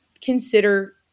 consider